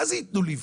מה זה ייתנו ליווי?